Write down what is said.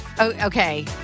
Okay